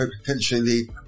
potentially